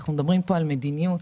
אנחנו מדברים על מדיניות,